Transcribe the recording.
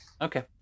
Okay